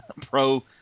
Pro